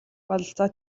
бололцоо